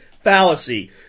fallacy